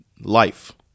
life